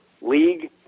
league